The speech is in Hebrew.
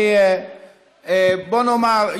בוא נאמר,